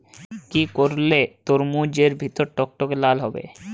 কি করলে তরমুজ এর ভেতর টকটকে লাল হবে?